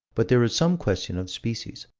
but there is some question of species.